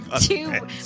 two